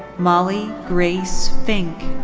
molly grace fink.